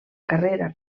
carrera